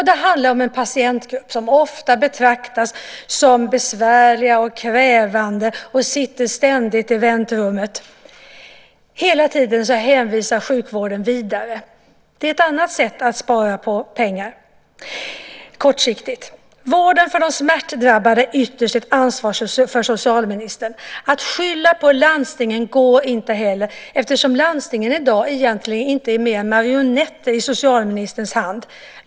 Det handlar om en grupp patienter som ofta betraktas som besvärliga och krävande och ständigt sittande i väntrummet. Hela tiden hänvisar sjukvården vidare. Det är ett annat sätt att spara pengar kortsiktigt. Vården för de smärtdrabbade är ytterst ett ansvar för socialministern. Att skylla på landstingen går inte heller, eftersom landstingen i dag egentligen inte är mer än marionetter i socialministerns hand.